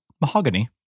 mahogany